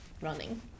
running